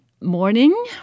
morning